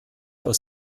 aus